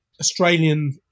Australian